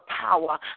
power